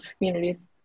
communities